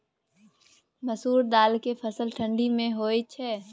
मसुरि दाल के फसल ठंडी मे होय छै?